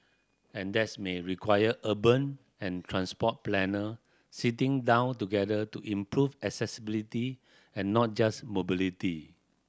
and that's may require urban and transport planner sitting down together to improve accessibility and not just mobility